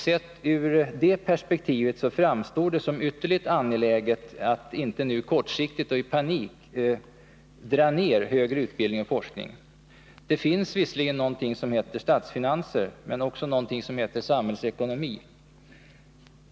Sett i det perspektivet framstår det som ytterligt angeläget att man inte nu kortsiktigt och i panik drar in på högre utbildning och forskning. Det finns visserligen något som heter statsfinanser men också något som heter samhällsekonomi.